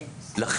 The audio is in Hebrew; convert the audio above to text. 11, כן.